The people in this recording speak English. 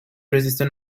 resistant